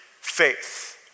faith